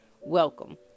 welcome